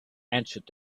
answered